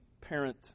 parent